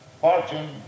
fortune